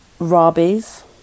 Rabies